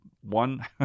one